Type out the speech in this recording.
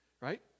right